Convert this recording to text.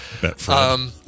BetFred